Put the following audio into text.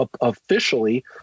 officially